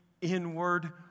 inward